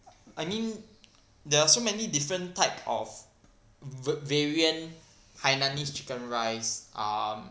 I mean there are so many different type of va~ variant hainanese chicken rice um